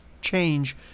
change